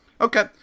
Okay